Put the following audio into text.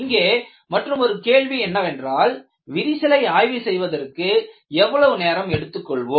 இங்கே மற்றுமொரு கேள்வி என்னவென்றால் விரிசலை ஆய்வு செய்வதற்கு எவ்வளவு நேரம் எடுத்துக்கொள்வோம்